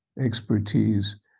expertise